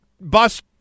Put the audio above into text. bus